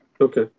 Okay